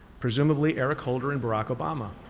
presumably eric holder and barack obama.